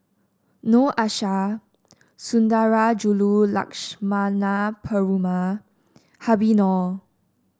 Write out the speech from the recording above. Noor Aishah Sundarajulu Lakshmana Perumal Habib Noh